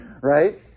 Right